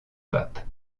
pape